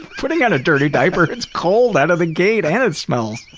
putting on a dirty diaper, it's cold out of the gate and it smells.